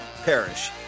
perish